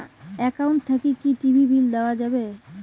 Account থাকি কি TV bill দেওয়া যাবে?